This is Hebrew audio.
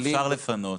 אפשר לפנות,